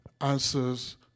answers